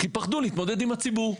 כי פחדו להתמודד עם הציבור.